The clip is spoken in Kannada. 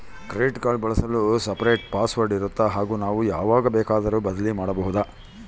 ಕ್ರೆಡಿಟ್ ಕಾರ್ಡ್ ಬಳಸಲು ಸಪರೇಟ್ ಪಾಸ್ ವರ್ಡ್ ಇರುತ್ತಾ ಹಾಗೂ ನಾವು ಯಾವಾಗ ಬೇಕಾದರೂ ಬದಲಿ ಮಾಡಬಹುದಾ?